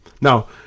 Now